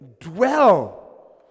Dwell